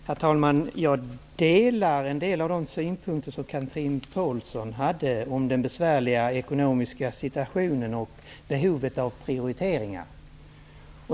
Herr talman! Jag delar en del av de synpunkter som Chatrine Pålsson hade om den besvärliga ekonomiska situationen och behovet av prioriteringar.